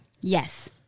Yes